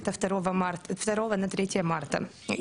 אני